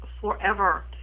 forever